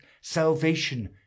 salvation